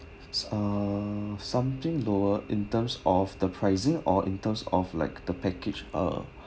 uh something lower in terms of the pricing or in terms of like the package uh